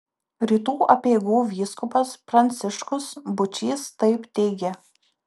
rytų apeigų vyskupas pranciškus būčys taip teigė